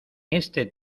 este